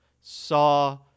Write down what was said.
saw